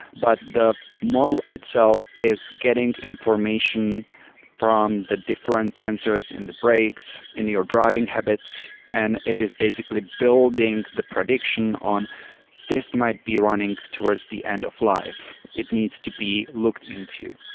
but the model itself is getting information from the different sensors, in the brakes, in your driving habits and it is basically building the prediction on this might be running towards the end of life. it needs to be looked into.